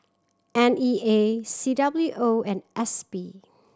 N E A C W O and S P